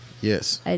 Yes